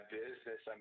business